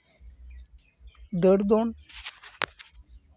ᱫᱟᱹᱲ ᱫᱚᱱ